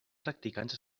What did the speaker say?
practicants